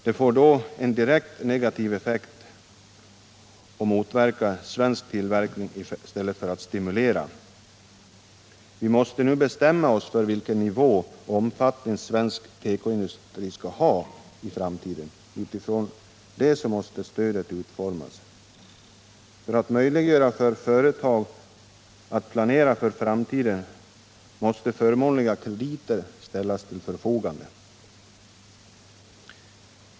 Det får då en direkt negativ effekt och motverkar svensk tillverkning i stället för att stimulera den. Vi måste nu bestämma oss för vilken nivå och omfattning svensk tekoindustri skall ha i framtiden. Utifrån det måste sedan stödet utformas. För att ge företagen möjligheter att planera för framtiden måste förmånliga krediter ställas till förfogande.